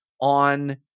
on